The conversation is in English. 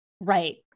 Right